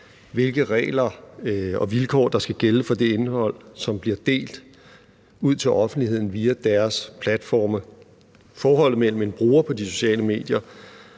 hvilke regler og vilkår der skal gælde for det indhold, som bliver delt ud til offentligheden via deres platforme. Forholdet mellem en bruger på de sociale medier